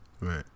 right